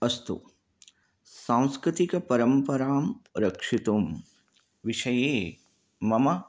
अस्तु संस्कृतिकपरम्परां रक्षितुं विषये मम